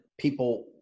People